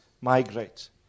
migrate